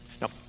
Now